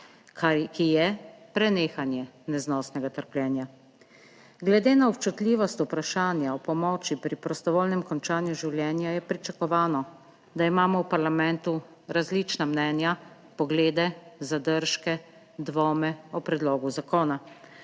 ki je prenehanje neznosnega trpljenja, glede na občutljivost vprašanja o pomoči pri prostovoljnem končanju življenja je pričakovano, da imamo v parlamentu različna mnenja, poglede, zadržke, dvome o predlogu zakona.